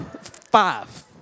Five